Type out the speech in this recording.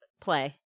play